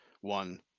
one